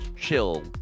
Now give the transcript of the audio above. chill